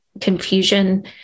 confusion